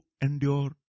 endure